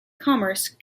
commerce